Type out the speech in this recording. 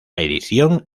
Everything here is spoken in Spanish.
edición